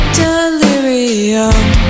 delirium